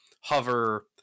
Hover